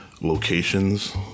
locations